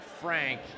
Frank